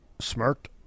smirked